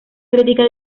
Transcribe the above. crítica